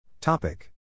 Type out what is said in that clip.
Topic